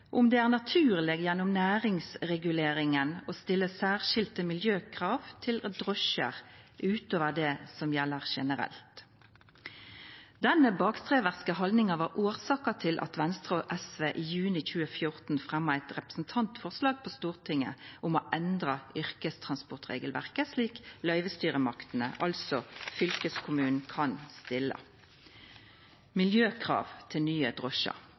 om det er naturlig gjennom næringsreguleringen å stille særskilte miljøkrav til drosjer utover det som gjelder generelt». Denne bakstreverske haldninga var årsaka til at Venstre og SV i juni 2014 fremja eit representantforslag på Stortinget om å endra yrkestransportregelverket slik at løyvestyresmaktene, altså fylkeskommunen, kunne stilla miljøkrav til nye